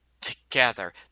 together